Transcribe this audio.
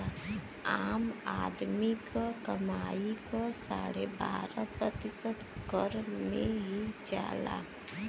आम आदमी क कमाई क साढ़े बारह प्रतिशत कर में ही जाला